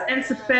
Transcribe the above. אז אין ספק